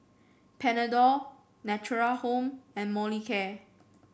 Panadol Natura Home and Molicare